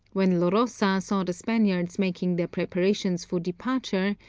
when lorosa saw the spaniards making their preparations for departure,